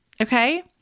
Okay